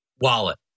wallet